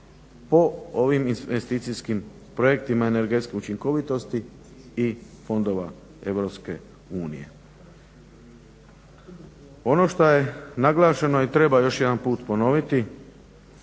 po ovim investicijskim projektima energetske učinkovitosti i fondova EU. Ono što je naglašeno i treba još jedanput ponoviti